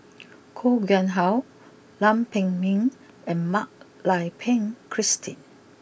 Koh Nguang how Lam Pin Min and Mak Lai Peng Christine